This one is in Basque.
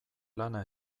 lana